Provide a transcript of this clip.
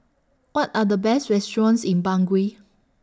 What Are The Best restaurants in Bangui